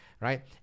right